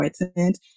important